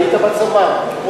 היית בצבא?